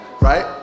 right